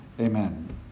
amen